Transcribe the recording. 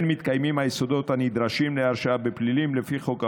מתקיימים היסודות הנדרשים להרשעה בפלילים לפי חוק העונשין,